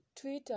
Twitter